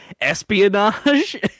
espionage